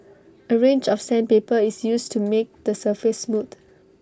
A range of sandpaper is used to make the surface smooth